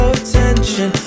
attention